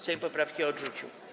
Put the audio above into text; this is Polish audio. Sejm poprawki odrzucił.